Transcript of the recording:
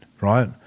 right